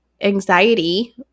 anxiety